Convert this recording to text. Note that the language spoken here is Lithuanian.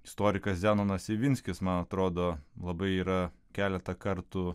istorikas zenonas ivinskis man atrodo labai yra keletą kartų